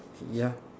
ya